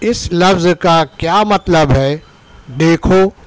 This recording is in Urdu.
اس لفظ کا کیا مطلب ہے دیکھو